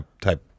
type